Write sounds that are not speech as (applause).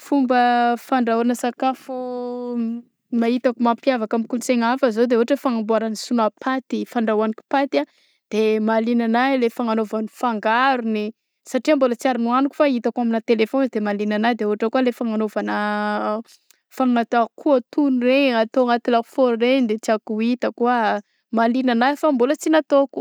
Fomba fandrahoagna sakafo (hesitation) raha hitako mampiavaka amy kolosaigna hafa zao de ôhatra hoe fagnamboarana sinoa paty, fandrahôako paty a de (hesitation) mahaliagna anay le fagnanôvany fangarony satria mbôla tsy ary nohanoko fa itako aminà tele foagna de mahaliana ana de ôhatra kô le fagnanaovana (hesitation) fagnatao akoho tono regny atao agnaty lafoagnary regny de tiako hita kôa mahaliana ana fa mbola tsy nataoko